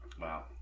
Wow